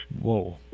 Whoa